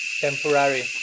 temporary